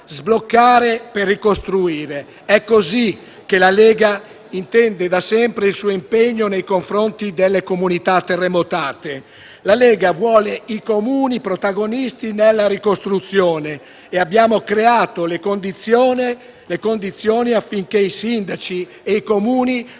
Sbloccare per ricostruire: è così che la Lega intende da sempre il suo impegno nei confronti delle comunità terremotate. La Lega vuole i Comuni protagonisti nella ricostruzione e abbiamo creato le condizioni affinché i sindaci e i Comuni